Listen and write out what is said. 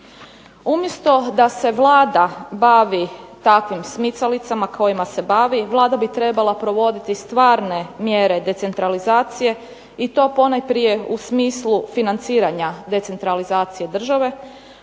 Umjesto da se Vlada bavi takvim smicalicama kojima se bavi, Vlada bi trebala provoditi stvarne mjere decentralizacije i to ponajprije u smislu financiranja decentralizacije države.